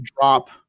drop